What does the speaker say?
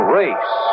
race